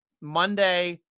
Monday